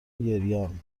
گریانخوبه